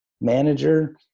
manager